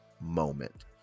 moment